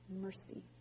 mercy